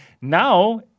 Now